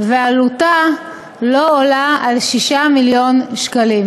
ועלותן לא עולה על 6 מיליון שקלים.